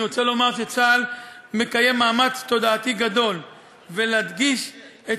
אני רוצה לומר שצה"ל מקיים מאמץ תודעתי גדול להדגיש את